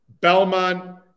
Belmont